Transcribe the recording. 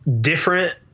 different